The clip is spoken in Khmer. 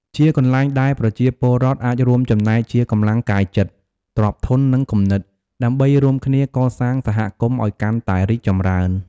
ជាកន្លែងដែលប្រជាពលរដ្ឋអាចរួមចំណែកជាកម្លាំងកាយចិត្ត ទ្រព្យធន និងគំនិត ដើម្បីរួមគ្នាកសាងសហគមន៍ឲ្យកាន់តែរីកចម្រើន។